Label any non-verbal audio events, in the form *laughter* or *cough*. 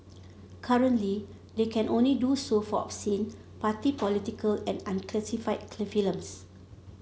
currently they can only do so for obscene party political and unclassified *unintelligible*